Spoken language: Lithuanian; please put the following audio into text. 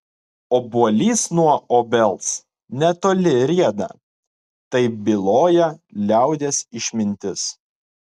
obuolys nuo obels netoli rieda taip byloja liaudies išmintis